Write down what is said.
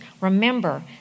remember